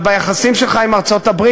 אבל ביחסים שלך עם ארצות-הברית,